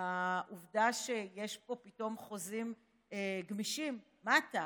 העובדה שיש פה פתאום חוזים גמישים, מה אתה?